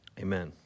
amen